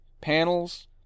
panels